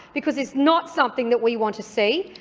because it's not something that we want to see.